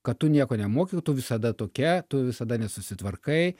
kad tu nieko nemoki tu visada tokia tu visada nesusitvarkai